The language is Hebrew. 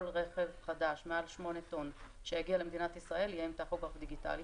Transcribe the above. כל רכב חדש מעל 8 טון שיגיע למדינת ישראל יהיה כבר עם טכוגרף דיגיטלי.